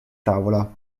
tavola